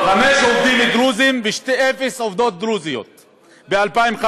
חמישה עובדים דרוזים ואפס עובדות דרוזיות ב-2015.